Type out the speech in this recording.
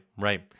right